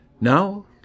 Now